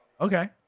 Okay